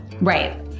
Right